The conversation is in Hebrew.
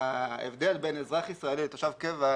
ההבדל בין אזרח ישראלי לתושב קבע,